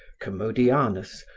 commodianus,